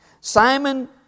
Simon